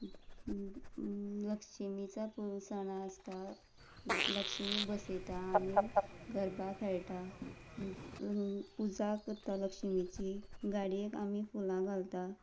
लक्ष्मीचो सण आसता लक्ष्मी बसयता आनी गरबा खेळटा पुजा करता लक्ष्मीची गाडयेक आमी फुलां घालता